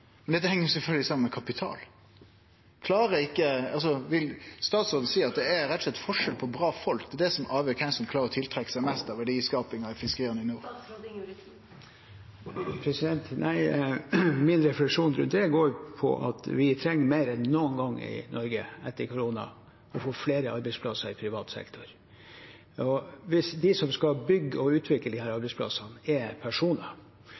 Dette heng sjølvsagt saman med kapital. Vil statsråden seie at det rett og slett er forskjell på bra folk – dei som arvar, og kven som klarer å tiltrekkje seg mest av verdiskapinga i fiskeria i nord? Min refleksjon rundt det går på at vi etter koronaen mer enn noen gang i Norge trenger å få flere arbeidsplasser i privat sektor. Det er personer som skal bygge og utvikle disse arbeidsplassene. Etter hvert i Nord-Norge er